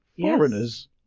foreigners